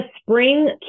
spring